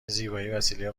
زیبایی، وسیله